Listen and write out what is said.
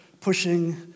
pushing